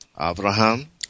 Abraham